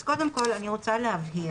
אז קודם כול אני רוצה להבהיר.